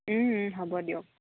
হ'ব দিয়ক